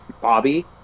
Bobby